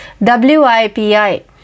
WIPI